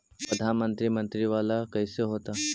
प्रधानमंत्री मंत्री वाला कैसे होता?